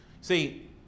see